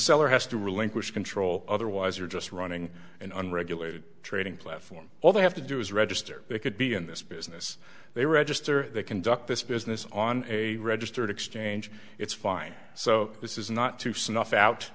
seller has to relinquish control otherwise you're just running an unregulated trading platform all they have to do is register they could be in this business they register they conduct this business on a registered exchange it's fine so this is not to snuff out